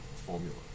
formula